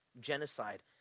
Genocide